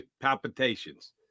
palpitations